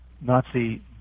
Nazi